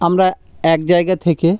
আমরা এক জায়গা থেকে